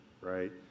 right